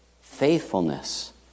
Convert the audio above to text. faithfulness